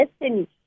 destiny